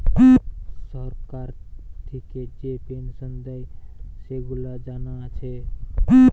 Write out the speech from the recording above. সরকার থিকে যে পেনসন দেয়, সেগুলা জানা আছে